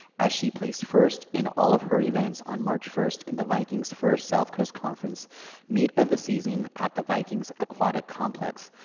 as she placed first in all of her events on march first in the vikings first south coast conference meet of the season at the vikings aquatic complex.